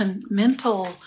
mental